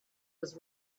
was